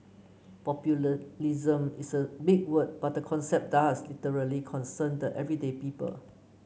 is a big word but the concept does literally concern the everyday people